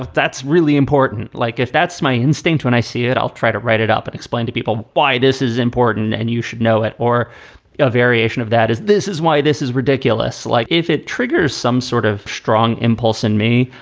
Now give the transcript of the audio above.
that's really important. like, if that's my instinct, when i see it, i'll try to write it up and explain to people why this is important and you should know it. or a variation of that is this is why this is ridiculous. like if it triggers some sort of strong impulse in me,